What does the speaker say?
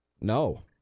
no